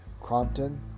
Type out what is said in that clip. crompton